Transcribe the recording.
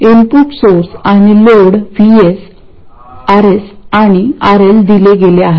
input source आणि load VS RS आणि RL दिले गेले आहेत